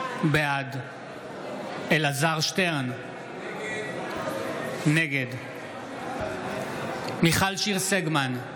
בעד אלעזר שטרן, נגד מיכל שיר סגמן,